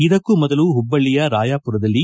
ಇದಕ್ಕೂ ಮೊದಲು ಹುಬ್ಬಳ್ಳಿಯ ರಾಯಾಪೂರದಲ್ಲಿ